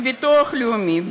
מביטוח לאומי,